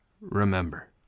Remember